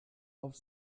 auf